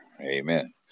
amen